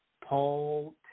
paul